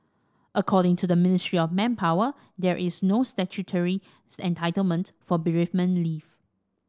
according to the Ministry of Manpower there is no statutory entitlement for bereavement leave